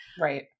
Right